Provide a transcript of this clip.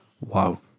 Wow